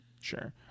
Sure